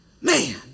Man